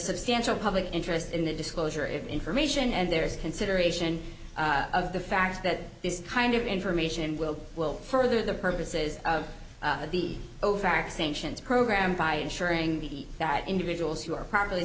substantial public interest in the disclosure of information and there is consideration of the fact that this kind of information will well for the purposes of the ofac sanctions program by ensuring that individuals who are properly